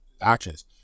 actions